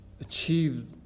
achieve